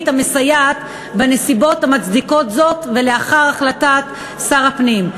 המסייעת בנסיבות המצדיקות זאת ולאחר החלטת שר הפנים.